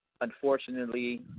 unfortunately